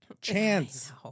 chance